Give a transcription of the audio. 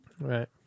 right